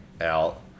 out